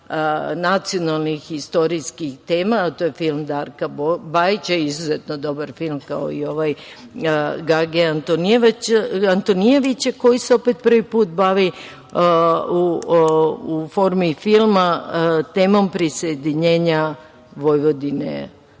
nacionalnih istorijskih tema, a to je film Darka Bajića, izuzetno dobar film kao ovaj Gagija Antonijevića, koji se opet prvi put bavi u formi filma, temom prisjedinjenja Vojvodine,